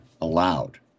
allowed